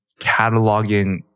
cataloging